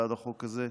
בעד החוק הזה,